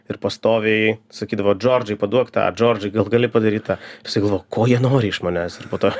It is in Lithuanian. ir pastoviai sakydavo džordžai paduok tą džordžai gal gali padaryt tą jisai galvojo ko jie nori iš manęs ir po to